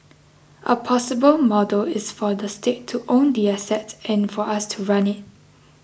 a possible model is for the state to own the assets and for us to run it